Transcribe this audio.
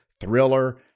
thriller